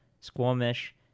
Squamish